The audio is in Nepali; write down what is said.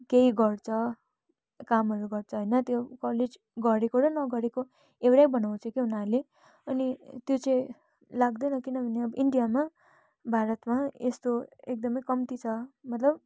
केही गर्छ कामहरू गर्छ होइन त्यो कलेज गरेको र नगरेको एउटै बनाउँछ के उनीहरूले अनि त्यो चाहिँ लाग्दैन किनभने अब इन्डियामा भारतमा यस्तो एकदमै कम्ती छ मतलब